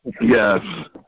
Yes